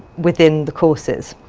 within the courses.